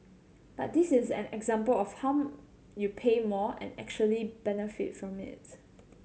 but this is an example of how you pay more and actually benefit from it